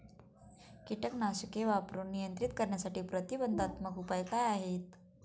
कीटकनाशके वापरून नियंत्रित करण्यासाठी प्रतिबंधात्मक उपाय काय आहेत?